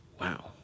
Wow